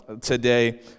Today